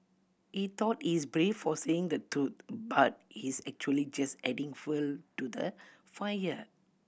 he thought he's brave for saying the truth but he's actually just adding fuel to the fire